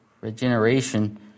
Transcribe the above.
regeneration